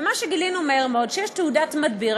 ומה שגילינו מהר מאוד זה שיש תעודת מדביר,